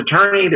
attorney